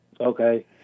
Okay